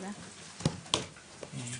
הישיבה ננעלה בשעה 11:25.